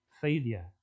failure